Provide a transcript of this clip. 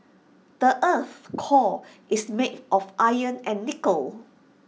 the Earth's core is made of iron and nickel